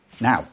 Now